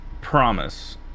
promise